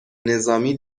نظامی